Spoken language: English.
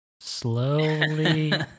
slowly